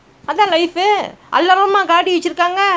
அதான்லைப்பேஎல்லாருமாகாடிவச்சிருக்காங்க:athaan lifeeh ellarumaa gaadi vachirukkaanka